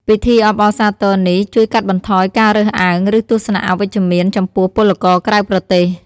ពិធីអបអរសាទរនេះជួយកាត់បន្ថយការរើសអើង ឬទស្សនៈអវិជ្ជមានចំពោះពលករក្រៅប្រទេស។